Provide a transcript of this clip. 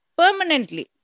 permanently